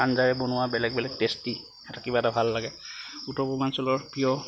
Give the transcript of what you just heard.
আঞ্জাৰে বনোৱা বেলেগ বেলেগ টেষ্টি কিবা এটা ভাল লাগে উত্তৰ পূৰ্বাঞ্চলৰ প্ৰিয়